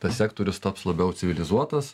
tas sektorius taps labiau civilizuotas